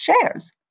shares